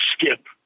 skip